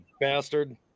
bastard